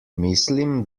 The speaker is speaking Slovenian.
mislim